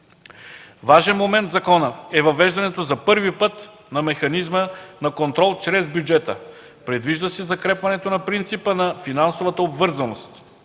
Важен момент в закона е въвеждането за първи път на механизма на контрол чрез бюджета. Предвижда се закрепването на принципа на финансовата обвързаност.